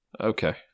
Okay